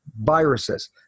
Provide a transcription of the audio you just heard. Viruses